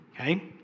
Okay